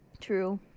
True